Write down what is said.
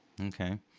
Okay